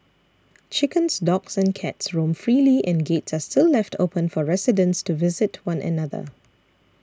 chickens dogs and cats roam freely and gates are still left open for residents to visit one another